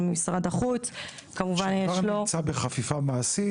למשרד החוץ שכבר נמצא בחפיפה מעשית,